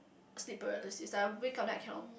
sleep paralysis I wake up then I cannot